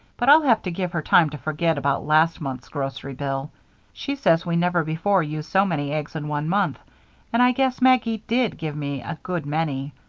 but i'll have to give her time to forget about last month's grocery bill she says we never before used so many eggs in one month and i guess maggie did give me a good many.